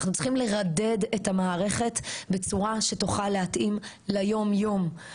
אנחנו רוצים לרדד את המערכת בצורה שתוכל להתאים ליום-יום.